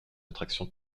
attraction